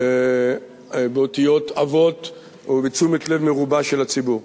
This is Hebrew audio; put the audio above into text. באותיות עבות ובתשומת-לב מרובה של הציבור.